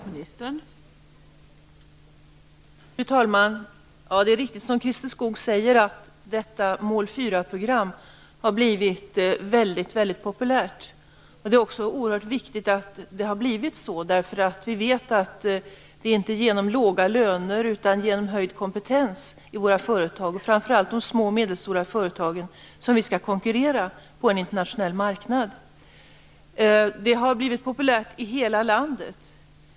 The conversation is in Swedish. Fru talman! Det är riktigt att Mål 4-programmet har blivit väldigt populärt. Det är också viktigt att det har blivit så, eftersom vi vet att det inte är genom låga löner utan genom höjd kompetens i våra företag, framför allt i de små och medelstora företagen, som vi skall konkurrera på en internationell marknad. Programmet har blivit populärt i hela landet.